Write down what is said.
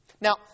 Now